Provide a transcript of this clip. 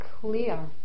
clear